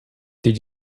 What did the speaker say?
did